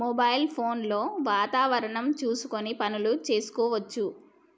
Mobile phone లో వాతావరణం చూసుకొని పనులు చేసుకోవచ్చా?